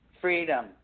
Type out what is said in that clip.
freedom